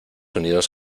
unidos